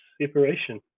separation